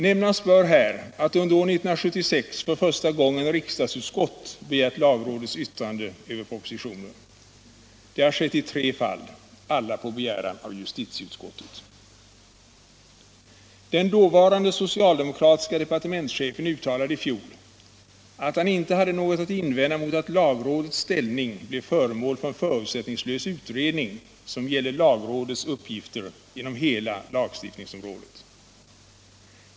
Nämnas bör här att under 1976 för första gången riksdagsutskott begärt lagrådets yttrande över propositioner. Det har skett i tre fall, alla på begäran av justitieutskottet. Den dåvarande socialdemokratiske departementschefen uttalade i fjol, att han inte hade något att invända mot att lagrådets ställning blev föremål för en förutsättningslös utredning som gällde lagrådets uppgifter inom hela lagstiftningsområdet.